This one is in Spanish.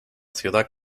ciudad